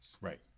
Right